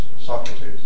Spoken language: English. Socrates